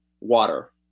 water